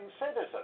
citizens